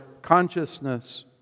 consciousness